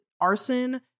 arson